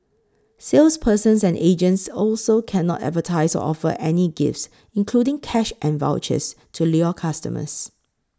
salespersons and agents also cannot advertise or offer any gifts including cash and vouchers to lure customers